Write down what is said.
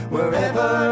Wherever